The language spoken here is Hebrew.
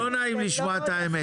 לא נעים לשמוע את האמת.